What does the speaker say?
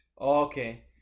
Okay